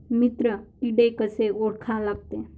मित्र किडे कशे ओळखा लागते?